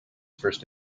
first